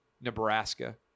Nebraska